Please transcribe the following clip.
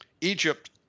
Egypt